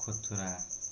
ଖୁଚୁରା